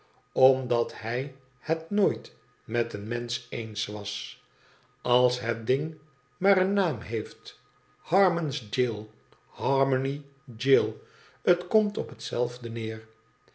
omdat hij het nooit met een mensch eens was als het ding maar een naam heeft harmons jail harmony jail t komt op hetzelfde neer